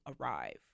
arrive